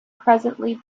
presently